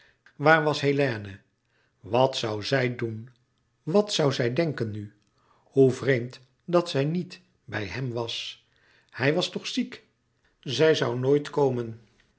waar was hélène wat zoû zij doen wat zoû zij denken nu hoe vreemd dat zij niet bij hem was hij was toch ziek zij zoû nooit komen